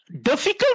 difficult